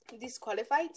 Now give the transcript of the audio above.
disqualified